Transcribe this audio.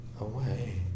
away